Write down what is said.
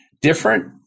different